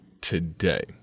today